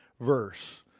verse